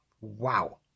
Wow